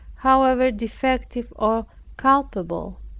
however defective or culpable.